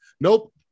nope